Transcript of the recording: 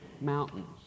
mountains